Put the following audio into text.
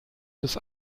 des